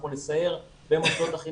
אנחנו נסייר במוסדות החינוך.